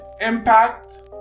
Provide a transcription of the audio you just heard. impact